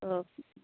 ᱛᱚ